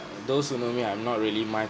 those who know me I'm not really my